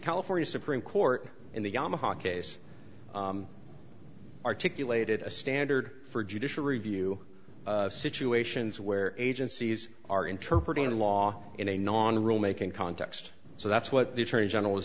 california supreme court in the yamaha case articulated a standard for judicial review situations where agencies are interpreted in law in a non rulemaking context so that's what the attorney general is